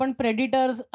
predators